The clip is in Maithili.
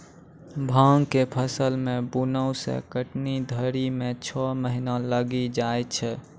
भाँग के फसल के बुनै से कटनी धरी मे छौ महीना लगी जाय छै